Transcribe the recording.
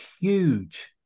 huge